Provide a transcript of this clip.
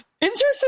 interesting